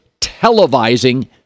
televising